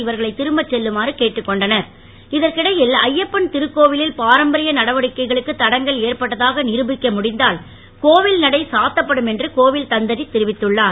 இவர்களை திரும்ப செல்லுமாறு கேட்டுக் கொண்டனர் இதற்கிடையில் ஐயப்பன் திருக்கோவில் பாரம்பரிய நடவடிக்கைகளுக்கு தடங்கல் ஏற்பட்டதாக நிருபிக்க முடிந்தால் கோவில் நடை சாத்தப்படும் என்று கோவில் தந்திரி தெரிவித்துள்ளார்